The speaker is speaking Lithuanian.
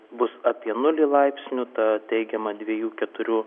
bus apie nulį laipsnių ta teigiama dviejų keturių